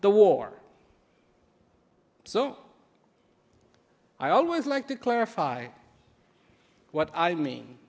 the war so i always like to clarify what i mean